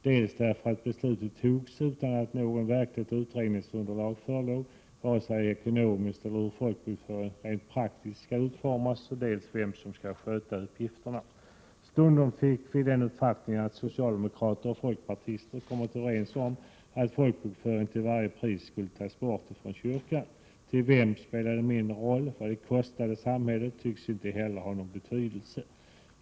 Beslutet fattades dels utan att något verkligt utredningsunderlag förelåg, vare sig för ekonomin eller för den praktiska utformningen av folkbokföringen, dels utan uppgift om vem som skulle sköta uppgifterna. Stundom fick vi den uppfattningen att socialdemokrater och folkpartister kommit överens om att folkbokföringen till varje pris skulle tas bort från kyrkan. Till vem spelade mindre roll, och vad det kostade samhället tycktes inte heller ha någon betydelse.